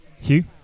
Hugh